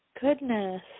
Goodness